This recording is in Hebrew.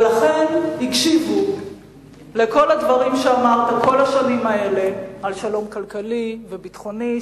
ולכן הקשיבו לכל הדברים שאמרת כל השנים האלה על שלום כלכלי וביטחוני,